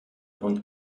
und